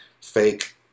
fake